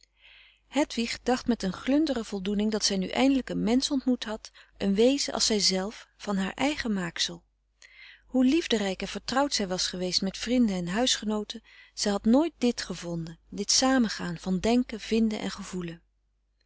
hedwig dacht met een glundere voldoening dat zij nu eindelijk een mensch ontmoet had een wezen als zij zelf van haar eigen maaksel hoe liefderijk en vertrouwd zij was geweest met vrinden en huisgenooten zij had nooit dit gevonden dit samengaan van denken vinden en gevoelen